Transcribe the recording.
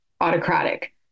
autocratic